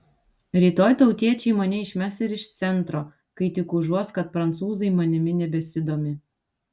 rytoj tautiečiai mane išmes ir iš centro kai tik užuos kad prancūzai manimi nebesidomi